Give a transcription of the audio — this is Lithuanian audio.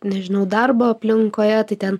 nežinau darbo aplinkoje tai ten